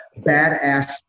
badass